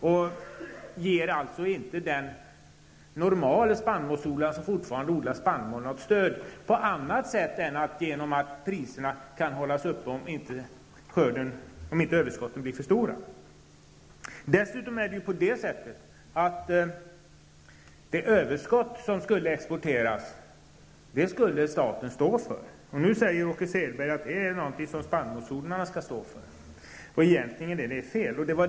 De ger inte den spannmålsodlare som fortfarande odlar spannmål något stöd på annat sätt än genom att priserna kan hållas uppe om inte överskotten blir för stora. Dessutom skulle staten stå för kostnaderna för det överskott som skulle exporteras. Nu säger Åke Selberg att spannmålsodlarna skall stå för dem, men det är fel.